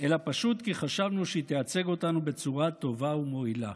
אלא פשוט בגלל שחשבנו שהיא תייצג אותנו בצורה טובה ומועילה.